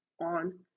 on